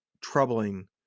troubling